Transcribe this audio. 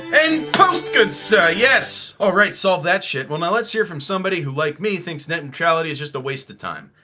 and post good sir! yes. all right solved that shit. well, now let's hear from somebody who like me thinks net neutrality is just a waste of time